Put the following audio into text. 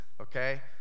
okay